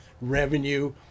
revenue